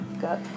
got